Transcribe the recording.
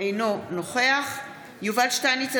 אינו נוכח יובל שטייניץ,